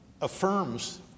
affirms